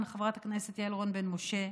חברת הכנסת יעל רון בן משה,